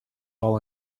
all